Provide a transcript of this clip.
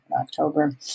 October